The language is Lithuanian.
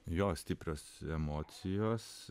jo stiprios emocijos